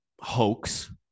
hoax